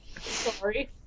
Sorry